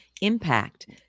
impact